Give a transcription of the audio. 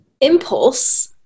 impulse